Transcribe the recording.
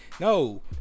no